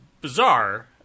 bizarre